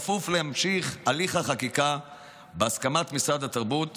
בכפוף להמשך הליך החקיקה בהסכמת משרד התרבות